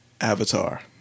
Avatar